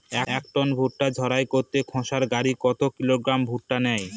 এক টন ভুট্টা ঝাড়াই করতে থেসার গাড়ী কত কিলোগ্রাম ভুট্টা নেয়?